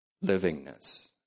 livingness